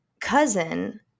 cousin